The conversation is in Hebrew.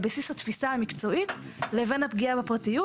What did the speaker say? על בסיס התפיסה המקצועית לבין הפגיעה בפרטיות.